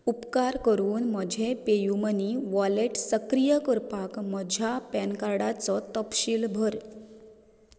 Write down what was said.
उपकार करून म्हजें पे यू मनी वॉलेट सक्रीय करपाक म्हज्या पॅन कार्डाचो तपशील भर